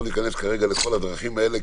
לא ניכנס כרגע לכל הדרכים האלה,